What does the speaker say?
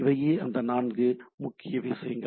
இவையே அந்த நான்கு முக்கிய விஷயங்கள்